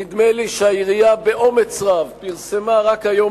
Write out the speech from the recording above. נדמה לי שהעירייה באומץ רב פרסמה רק היום,